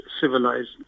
civilized